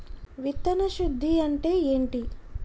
విత్తన శుద్ధి అంటే ఏంటి?